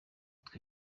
twe